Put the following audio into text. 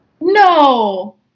No